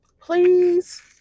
Please